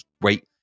wait